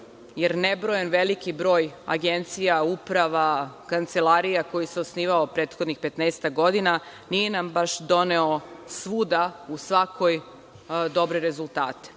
jer nebrojen veliki broj agencija, uprava, kancelarija koji se osnivao prethodnih 15-ak godina nije nam doneo svuda, u svakoj dobre rezultate. Imamo